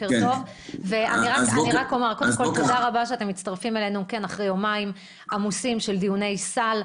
תודה רבה שאתם מצטרפים אלינו אחרי יומיים עמוסים של דיוני סל.